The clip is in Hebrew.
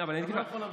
אתה לא יכול לתת להם,